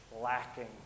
lacking